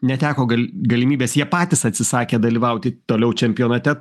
neteko gal galimybės jie patys atsisakė dalyvauti toliau čempionate